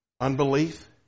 unbelief